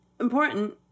important